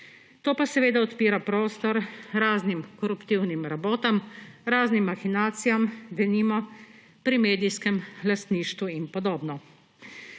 To pa seveda odpira prostor raznim koruptivnim rabotam, raznim mahinacijam, denimo, pri medijskem lastništvu in podobno.